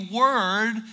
word